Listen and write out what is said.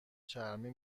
چرمی